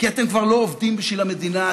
כי אתם כבר לא עובדים בשביל המדינה,